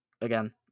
again